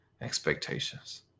expectations